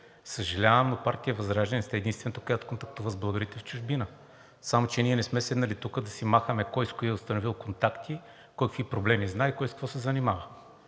Съжалявам, но партия ВЪЗРАЖДАНЕ не сте единствената, която контактува с българите в чужбина, само че ние не сме седнали тук да си махаме кой с кого е установил контакти, кой какви проблеми знае, кой с какво се занимава.